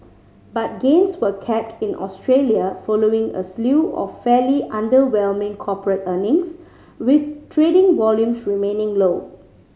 but gains were capped in Australia following a slew of fairly underwhelming corporate earnings with trading volumes remaining low